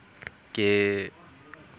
के